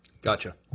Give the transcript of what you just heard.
Gotcha